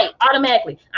automatically